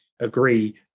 agree